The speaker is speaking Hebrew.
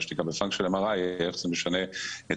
מה שנקרא ב-Functional MRI איך זה משנה את